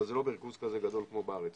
אבל הם לא בריכוז כזה גדול כמו בארץ.